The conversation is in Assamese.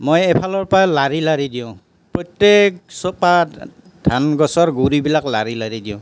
মই এফালৰ পৰা লৰাই লৰাই দিওঁ প্ৰত্যেকজোপা ধান গছৰ গুড়িবিলাক লৰাই লৰাই দিওঁ